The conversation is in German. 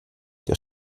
der